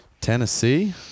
Tennessee